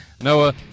Noah